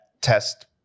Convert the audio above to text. test